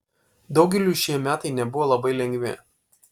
daugeliui šie metai nebuvo labai lengvi